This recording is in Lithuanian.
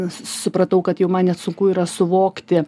supratau kad jau man net sunku yra suvokti